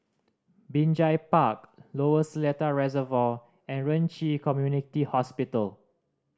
Binjai Park Lower Seletar Reservoir and Ren Ci Community Hospital